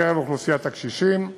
בקרב אוכלוסיית הקשישים,